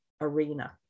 arena